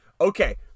Okay